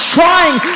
trying